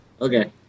Okay